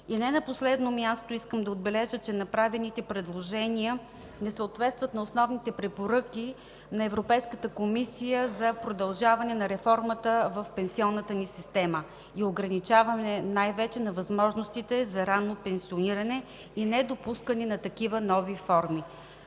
Не на последно място искам да отбележа, че направените предложения не съответстват на основните препоръки на Европейската комисия за продължаване на реформата в пенсионната ни система, ограничаване най-вече на възможностите за ранно пенсиониране и недопускане на такива нови форми.